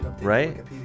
Right